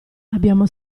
abbiamo